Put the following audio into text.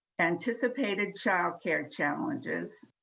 anticipated childcare challenges,